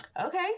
Okay